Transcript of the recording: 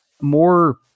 more